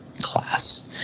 class